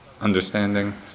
understanding